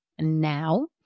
now